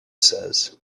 says